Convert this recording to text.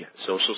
social